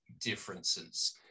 differences